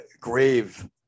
grave